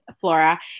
flora